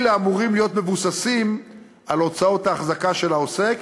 אלה אמורים להיות מבוססים על הוצאות האחזקה של העוסק